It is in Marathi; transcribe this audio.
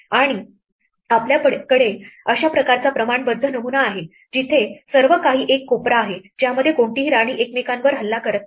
आणि आपल्याकडे अशा प्रकारचा प्रमाणबद्ध नमुना आहे जिथे सर्व काही एक कोपरा आहे ज्यामध्ये कोणतीही राणी एकमेकांवर हल्ला करत नाही